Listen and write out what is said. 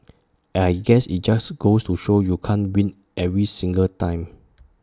I guess IT just goes to show you can't win every single time